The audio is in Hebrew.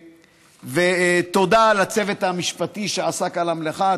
תודה לצוות המשפטי שעסק במלאכה.